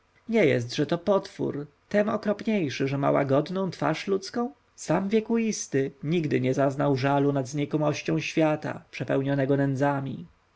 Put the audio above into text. nie jestże to potwór tem okropniejszy że ma łagodną twarz ludzką sam wiekuisty nigdy nie zaznał żalu nad znikomością świata przepełnionego nędzami